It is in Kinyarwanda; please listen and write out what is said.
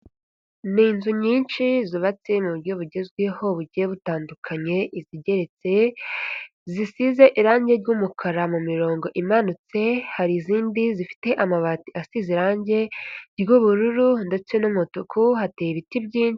N'inzu nyinshi zubatse mu buryo bugezweho bugiye butandukanye, izigeretse, zisize irangi ry'umukara mu mirongo imanutse, hari izindi zifite amabati asize irangi ry'ubururu, ndetse n'umutuku, hateye ibiti byinshi.